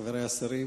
חברי השרים,